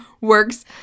works